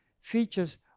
features